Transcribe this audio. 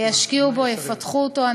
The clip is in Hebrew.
ישקיעו בו, יפתחו אותו.